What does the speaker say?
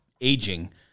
aging